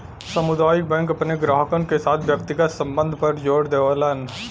सामुदायिक बैंक अपने ग्राहकन के साथ व्यक्तिगत संबध पर जोर देवला